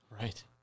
Right